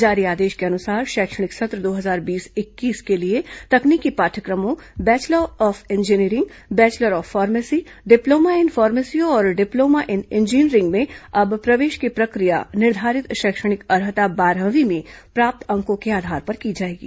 जारी आदेश के अनुसार शैक्षणिक सत्र दो हजार बीस इक्कीस के लिए तकनीकी पाठयक्रमों bachelor of engineering bachelor of pharmacy diploma in pharmacy और डिप्लोमा इन इंजीनियरिंग में अब प्रवेश की प्रक्रिया निर्धारित शैक्षणिक अर्हता बारहवीं में प्राप्त अंकों के आधार पर की जाएगी